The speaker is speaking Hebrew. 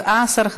3 נתקבלו.